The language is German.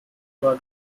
klar